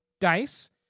dice